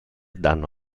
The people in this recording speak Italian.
danno